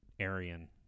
Aryan